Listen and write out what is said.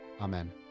amen